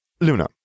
Luna